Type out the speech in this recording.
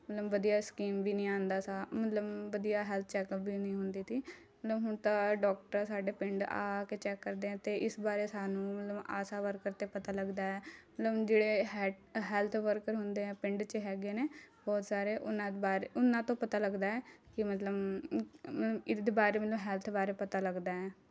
ਮਤਲਬ ਵਧੀਆ ਸਕੀਮ ਵੀ ਨਹੀਂ ਆਉਂਦਾ ਸਾ ਮਤਲਬ ਵਧੀਆ ਹੈਲਥ ਚੈੱਕਅਪ ਵੀ ਨਹੀਂ ਹੁੰਦੀ ਸੀ ਮਤਲਬ ਹੁਣ ਤਾਂ ਡੋਕਟਰ ਸਾਡੇ ਪਿੰਡ ਆ ਕੇ ਚੈੱਕ ਕਰਦੇ ਹਾਂ ਅਤੇ ਇਸ ਬਾਰੇ ਸਾਨੂੰ ਮਤਲਬ ਆਸ਼ਾ ਵਰਕਰ ਤੋਂ ਪਤਾ ਲੱਗਦਾ ਹੈ ਮਤਲਬ ਜਿਹੜੇ ਹੈਡ ਹੈਲਥ ਵਰਕਰ ਹੁੰਦੇ ਆ ਪਿੰਡ 'ਚ ਹੈਗੇ ਨੇ ਬਹੁਤ ਸਾਰੇ ਉਹਨਾਂ ਬਾਰੇ ਉਹਨਾਂ ਤੋਂ ਪਤਾ ਲੱਗਦਾ ਹੈ ਕਿ ਮਤਲਬ ਇਹਦੇ ਬਾਰੇ ਮੈਨੂੰ ਹੈਲਥ ਬਾਰੇ ਪਤਾ ਲੱਗਦਾ ਹੈ